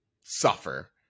suffer